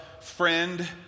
friend